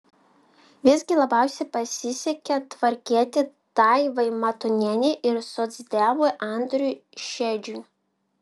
visgi labiausiai pasisekė tvarkietei daivai matonienei ir socdemui andriui šedžiui